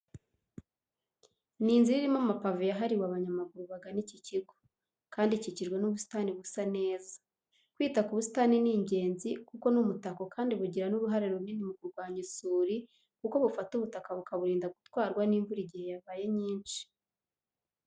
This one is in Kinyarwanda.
Ni inzira irimo amapave yahariwe abanyamaguru bagana iki kigo, kandi ikikijwe n'ubusitani busa neza. Kwita ku busitani ni ingenzi kuko ni umutako kandi bugira n'uruhare runini mu kurwanya isuri kuko bufata ubutaka bukaburinda gutwarwa n'imvura igihe yabaye nyinshi.